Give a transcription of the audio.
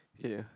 ya